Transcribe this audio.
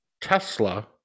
tesla